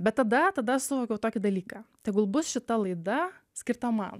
bet tada tada suvokiau tokį dalyką tegul bus šita laida skirta man